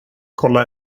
kolla